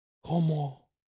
¿Cómo